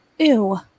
Ew